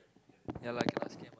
ya lah cannot scan what